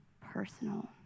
personal